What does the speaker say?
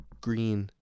green